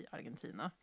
Argentina